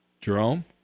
Jerome